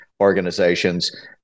organizations